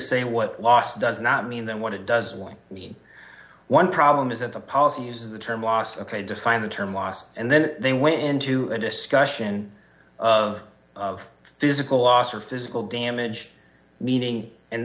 say what last does not mean than what it does one mean one problem is that the policy uses the term loss ok define the term loss and then they went into a discussion of of physical loss or physical damage meaning and